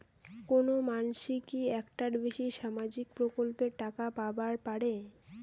কোনো মানসি কি একটার বেশি সামাজিক প্রকল্পের টাকা পাবার পারে?